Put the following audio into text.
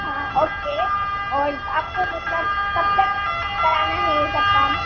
हाँ ओके और आपको मतलब कब तक कराना है ये सब काम